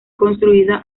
construida